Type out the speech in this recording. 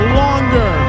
longer